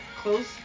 close